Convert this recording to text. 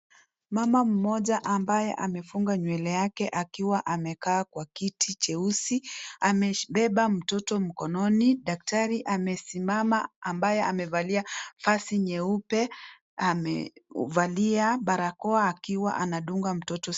Mama mmoja ambaye amefuga nywele yake akiwa amekaa kwa kiti cheusi. Amebeba mtoto mkononi. Daktari amesimama, ambaye amevalia vazi nyeupe, amevalia barakoa akiwa anamdunga mtoto.